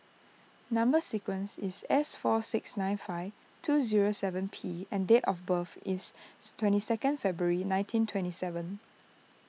Number Sequence is S four six nine five two zero seven P and date of birth is twenty second February nineteen twenty seven